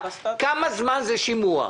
כמה זמן זה שימוע?